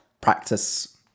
practice